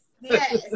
yes